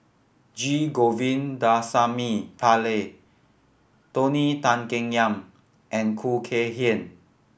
G Govindasamy Pillai Tony Tan Keng Yam and Khoo Kay Hian